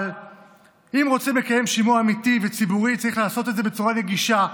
אבל אם רוצים לקיים שימוע אמיתי וציבורי צריך לעשות את זה בצורה נגישה,